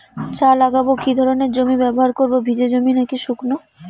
চা লাগাবো কি ধরনের জমি ব্যবহার করব ভিজে জমি নাকি শুকনো?